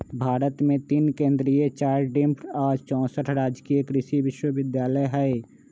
भारत मे तीन केन्द्रीय चार डिम्ड आ चौसठ राजकीय कृषि विश्वविद्यालय हई